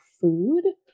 food